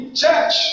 church